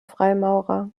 freimaurer